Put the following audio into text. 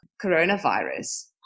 coronavirus